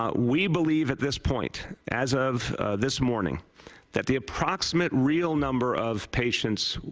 ah we believe at this point as of this morning that the approximate real number of patients,